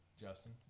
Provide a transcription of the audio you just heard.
Justin